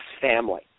family